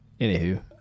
Anywho